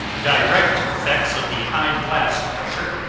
direct effects of the high blast pressure,